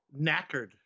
knackered